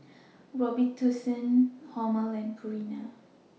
Robitussin Hormel and Purina